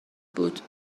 بود